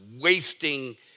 wasting